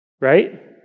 right